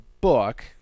book